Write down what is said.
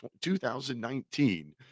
2019